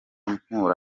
mpura